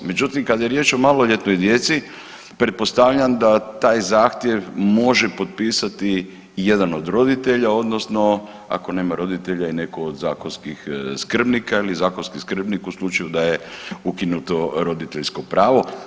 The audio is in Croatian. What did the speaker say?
Međutim kad je riječ o maloljetnoj djeci pretpostavljam da taj zahtjev može potpisati jedan od roditelja odnosno ako nema roditelja i netko od zakonskih skrbnika ili zakonski skrbnik u slučaju da je ukinuto roditeljsko pravo.